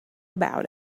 about